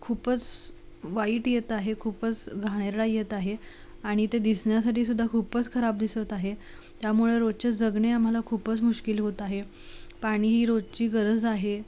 खूपच वाईट येत आहे खूपच घाणेरडा येत आहे आणि ते दिसण्यासाठीसुद्धा खूपच खराब दिसत आहे त्यामुळं रोजचे जगणे आम्हाला खूपच मुश्कील होत आहे पाणी ही रोजची गरज आहे